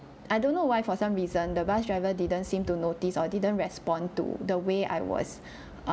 I don't know why for some reason the bus driver didn't seem to notice or didn't respond to the way I was